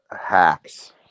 hacks